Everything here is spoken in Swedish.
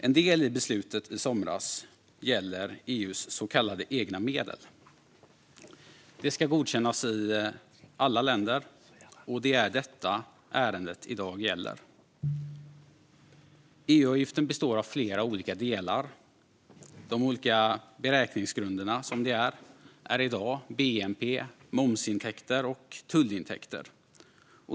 En del i beslutet från i somras gäller EU:s så kallade egna medel. Det ska godkännas i alla länder, och det är detta som ärendet i dag gäller. EU-avgiften består av flera olika delar. De olika beräkningsgrunderna handlar i dag om bnp, momsintäkter och tullintäkter.